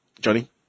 Johnny